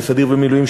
בסדיר ובמילואים,